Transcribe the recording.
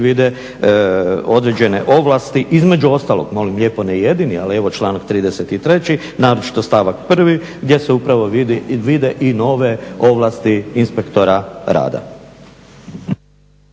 vide određene ovlasti između ostalog molim lijepo ne jedini ali evo članak 33.naročito stavak 1.gdje se upravo vide i nove ovlasti inspektora rada.